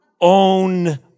own